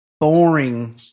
boring –